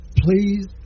Please